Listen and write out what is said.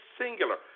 singular